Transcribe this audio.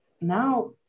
now